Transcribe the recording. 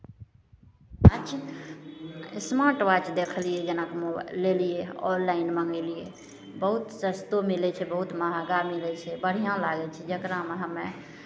smart watch देखलियै जेनाकि mobile लेलियै ऑनलाइन मङ्गेलियै बहुत सस्तो मिलै छै बहुत महगा मिलै छै बढ़िआँ लागै छै जकरामे हमे